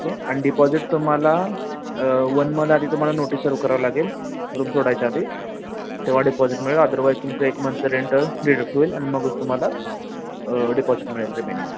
okay आणि deposit तुम्हाला one month आधी तुम्हाला नोटीस सर्व करावं लागेल रूम सोडायच्या आधी तेव्हा डिपॉझिट मिळेल अदरवाईज तुमचं एक मंथचं रेंट डिडक्ट होईल आणि मगच तुम्हाला डिपॉझिट मिळेल रीमेनिंग